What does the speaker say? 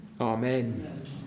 Amen